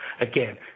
again